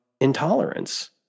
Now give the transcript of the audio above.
intolerance